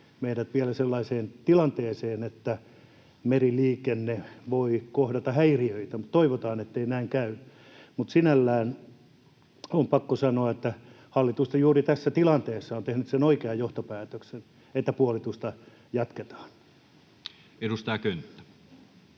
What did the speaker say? meidät vielä sellaiseen tilanteeseen, että meriliikenne voi kohdata häiriöitä, mutta toivotaan, ettei näin käy. Sinällään on pakko sanoa, että hallitus juuri tässä tilanteessa on tehnyt sen oikean johtopäätöksen, että puolitusta jatketaan. [Speech 54]